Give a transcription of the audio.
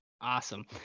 Awesome